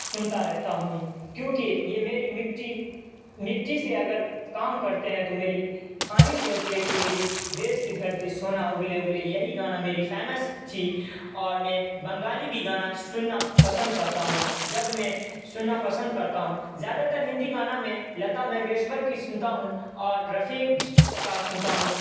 سنتا رہتا ہوں کیونکہ یہ میری مٹی مٹی سے اگر کام کرتے ہیں تو میری خواہش ہوتی ہے کہ میری دیس کی دھرتی سونا اگلے اگلے یہی گانا میری فیمس تھی اور میں بنگالی بھی گانا سننا پسند کرتا ہوں جب میں سننا پسند کرتا ہوں زیادہ تر ہندی گانا میں لتا منگیشور کی سنتا ہوں اور رفیع کا سنتا ہوں